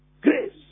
Grace